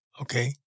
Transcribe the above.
Okay